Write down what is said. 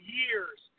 years